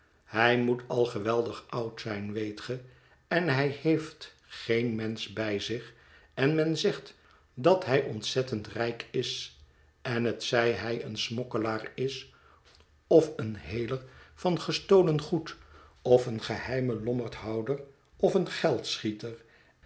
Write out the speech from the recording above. hij moet al geweldig oud zijn weet ge en hij heeft geen mensch bij zich en men zegt dat hij ontzettend rijk is en hetzij hij een smokkelaar is of een heler van gestolen goed of een geheime lommerdhouder of een